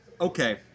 okay